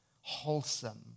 wholesome